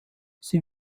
sie